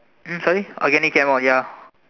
um sorry organic Chem ah ya